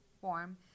form